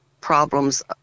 problems